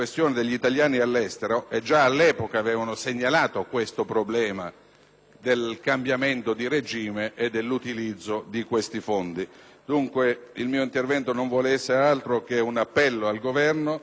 del cambiamento di regime e dell'utilizzo di tali fondi. Dunque, il mio intervento non vuole essere altro che un appello al Governo per evitare che si cada in questa